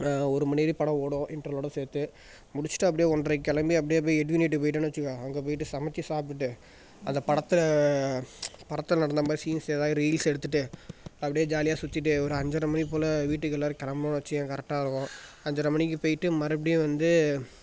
ஒரு ஒரு மணி வரையும் படம் ஓடும் இண்டர்வலோடு சேர்த்து முடிச்சுட்டு அப்படியே ஒன்றரைக்கி கிளம்பி அப்படியே போய் எட்வின் வீட்டுக்கு போய்டோன்னு வெச்சுக்கோ அங்கே போயிட்டு சமைச்சி சாப்பிட்டுட்டு அந்த படத்தை படத்தில் நடந்த மாதிரி சீன்ஸ் ஏதா ரீல்ஸ் எடுத்துகிட்டு அப்படியே ஜாலியாக சுற்றிட்டு ஒரு அஞ்சரை மணி போலே வீட்டுக்கு எல்லோரும் கிளம்புனோன்னு வெச்சுக்க கரெக்டாக இருக்கும் அஞ்சரை மணிக்கு போயிட்டு மறுபடியும் வந்து